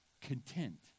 content